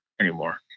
anymore